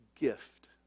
gift